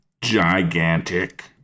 gigantic